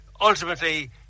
ultimately